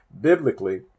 Biblically